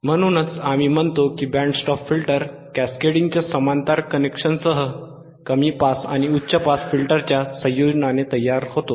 म्हणूनच आम्ही म्हणतो की बँड स्टॉप फिल्टर कॅस्केडिंगच्या समांतर कनेक्शनसह कमी पास आणि उच्च पास फिल्टरच्या संयोजनाने तयार होतो